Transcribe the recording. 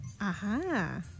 Aha